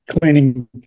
cleaning